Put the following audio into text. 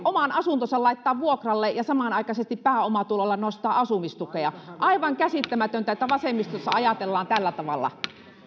oman asuntonsa laittaa vuokralle ja samanaikaisesti pääomatuloilla nostaa asumistukea aivan käsittämätöntä että vasemmistossa ajatellaan tällä tavalla